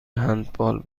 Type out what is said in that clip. هندبال